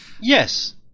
Yes